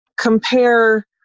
compare